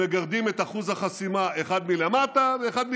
שמגרדים את אחוז החסימה, אחד מלמטה ואחד מלמעלה.